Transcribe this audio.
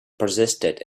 persisted